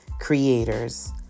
creators